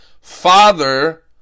Father